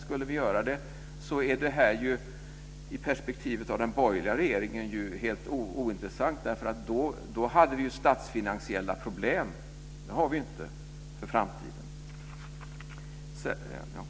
Skulle vi göra det vore det helt ointressant. Under den borgerliga regeringstiden hade vi ju statsfinansiella problem, men det har vi inte nu och inte heller inför framtiden.